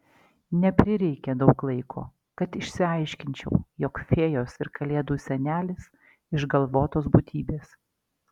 neprireikė daug laiko kad išsiaiškinčiau jog fėjos ir kalėdų senelis išgalvotos būtybės